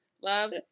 Love